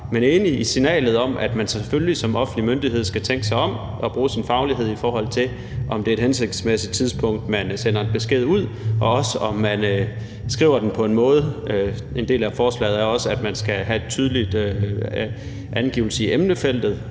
jeg er enig i signalet om, at man selvfølgelig som offentlig myndighed skal tænke sig om og bruge sin faglighed, i forhold til om det er et hensigtsmæssigt tidspunkt, man sender en besked ud, og også om man skriver den på en hensigtsmæssig måde. En del af forslaget er også, at man skal have en tydelig angivelse i emnefeltet,